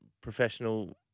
professional